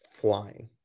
flying